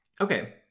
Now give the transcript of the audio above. Okay